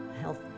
health